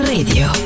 Radio